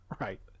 Right